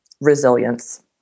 resilience